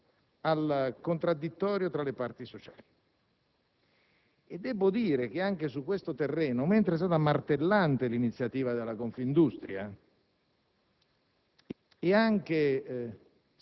e tutto è stato rimesso al contraddittorio tra le parti sociali. Devo dire che anche su questo terreno, mentre è stata martellante l'iniziativa della Confindustria,